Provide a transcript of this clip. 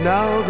Now